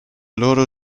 loro